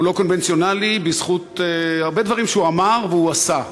הוא לא קונבנציונלי בזכות הרבה דברים שהוא אמר והוא עשה,